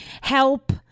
Help